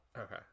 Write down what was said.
Okay